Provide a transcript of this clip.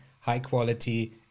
high-quality